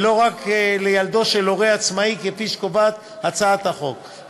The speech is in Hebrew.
ולא רק לילדו של הורה עצמאי כפי שקובעת הצעת החוק,